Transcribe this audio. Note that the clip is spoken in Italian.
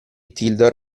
tildor